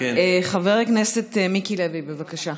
חבר הכנסת מיקי לוי, בבקשה.